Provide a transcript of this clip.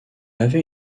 avait